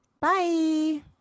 Bye